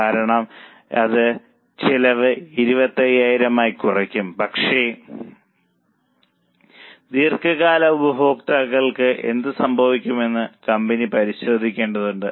കാരണം അത് ചെലവ് 25000 ആയി കുറയ്ക്കും പക്ഷേ ദീർഘകാല ഉപഭോക്താക്കൾക്ക് എന്ത് സംഭവിക്കുമെന്ന് കമ്പനി പരിശോധിക്കേണ്ടതുണ്ട്